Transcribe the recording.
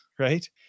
Right